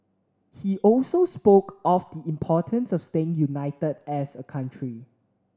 he also spoke of the importance of staying united as a country